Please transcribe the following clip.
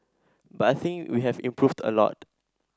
but I think we have improved a lot